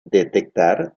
detectar